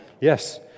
yes